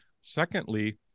Secondly